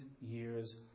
years